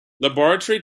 laboratory